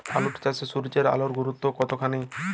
আলু চাষে সূর্যের আলোর গুরুত্ব কতখানি?